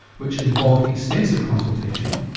which involved extensive consultation,